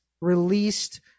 released